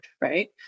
right